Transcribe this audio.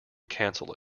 cancel